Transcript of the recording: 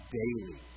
daily